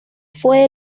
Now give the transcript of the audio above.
fue